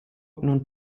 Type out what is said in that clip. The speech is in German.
nun